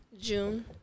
June